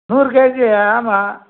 நூறு கேஜி ஆமாம்